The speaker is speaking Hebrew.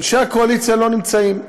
אנשי הקואליציה לא נמצאים.